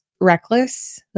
reckless